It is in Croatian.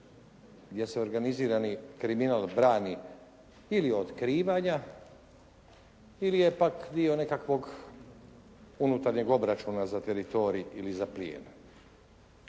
gdje se organizirani kriminal brani ili otkrivanja ili je pak dio nekakvog unutarnjeg obračuna za teritorij ili za plijen.